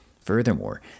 Furthermore